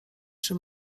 czy